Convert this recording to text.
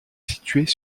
située